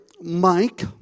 Mike